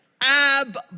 Ab